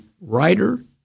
writer